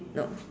no